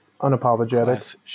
Unapologetic